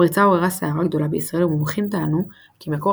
הפריצה עוררה סערה גדולה בישראל ומומחים טענו כי מקור